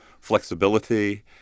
flexibility